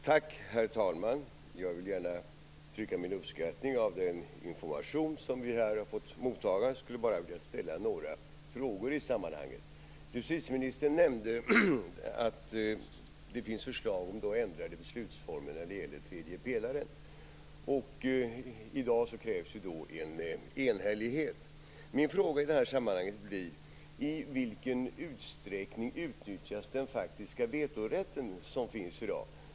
Herr talman! Jag vill gärna uttrycka min uppskattning av den information vi här har fått ta emot. Jag skulle bara vilja ställa några frågor i sammanhanget. Justitieministern nämnde att det finns förslag om ändrade beslutsformer när det gäller tredje pelaren. I dag krävs enhällighet. Min fråga blir: I vilken utsträckning utnyttjas den faktiska vetorätt som finns i dag?